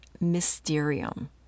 Mysterium